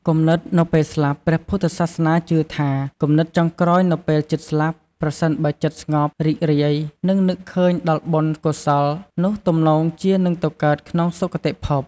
គំនិតនៅពេលស្លាប់ព្រះពុទ្ធសាសនាជឿថា គំនិតចុងក្រោយនៅពេលជិតស្លាប់ ប្រសិនបើចិត្តស្ងប់ រីករាយ និងនឹកឃើញដល់បុណ្យកុសល នោះទំនងជានឹងទៅកើតក្នុងសុគតិភព។